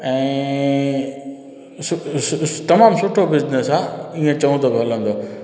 ऐं तमामु सुठो बिज़नस आहे इअं चऊं त बि हलंदो